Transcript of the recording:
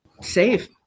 safe